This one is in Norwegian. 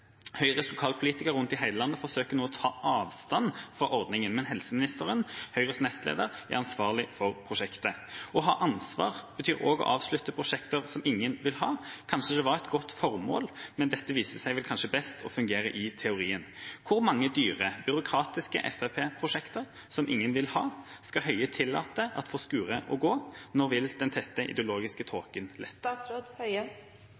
Høyres lokalpolitikere rundt i hele landet forsøker nå å ta avstand fra ordninga, men helseministeren, Høyres nestleder, er ansvarlig for prosjektet. Å ha ansvar betyr også å avslutte prosjekter som ingen vil ha. Kanskje det var et godt formål, men dette viser seg vel å fungere best i teorien. Hvor mange dyre, byråkratiske Fremskrittsparti-prosjekter som ingen vil ha, skal Høie tillate at får skure og gå? Når vil den tette ideologiske